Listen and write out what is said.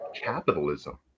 capitalism